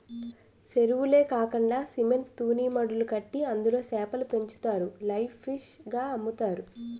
సెరువులే కాకండా సిమెంట్ తూనీమడులు కట్టి అందులో సేపలు పెంచుతారు లైవ్ ఫిష్ గ అమ్ముతారు